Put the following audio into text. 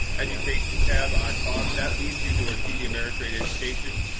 education tab on tos. that leads you to our td ameritrade education,